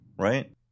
right